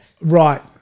Right